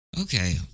Okay